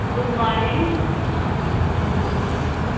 good morning हाँ